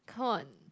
come on